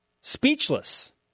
Speechless